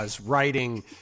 writing